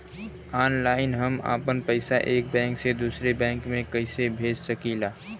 Online हम आपन पैसा एक बैंक से दूसरे बैंक में कईसे भेज सकीला?